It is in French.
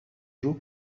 jour